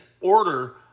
order